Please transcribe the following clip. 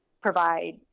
provide